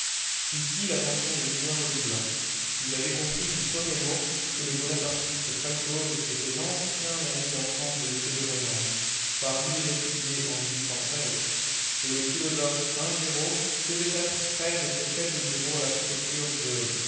ici l'attention de julien redoubla il avait compris du premier mot que le bonapartiste falcoz était l'ancien ami d'enfance de m de rênal par lui répudié en et le philosophe saint giraud devait être frère de ce chef de bureau à la préfecture de